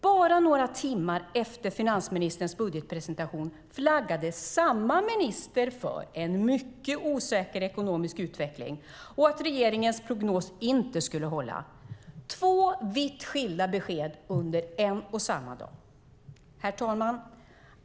Bara några timmar efter finansministerns budgetpresentation flaggade samme minister för en mycket osäker ekonomisk utveckling och att regeringens prognos inte skulle hålla. Det var två vitt skilda besked under en och samma dag. Herr talman!